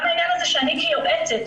גם העניין הזה שאני כיועצת,